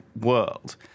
world